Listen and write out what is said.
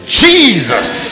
jesus